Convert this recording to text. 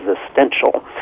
existential